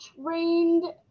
trained